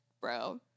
bro